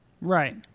Right